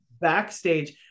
backstage